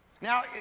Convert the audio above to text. Now